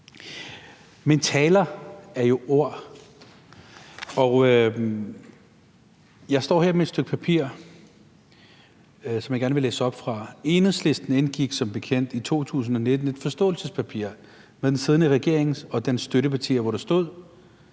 Men taler er jo ord, og jeg står her med et papir, som jeg gerne vil læse op fra. Enhedslisten indgik som bekendt i 2019 et forståelsespapir med den siddende regering og dens støttepartier, hvor der stod: